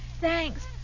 Thanks